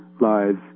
lives